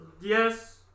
Yes